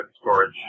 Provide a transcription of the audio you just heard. storage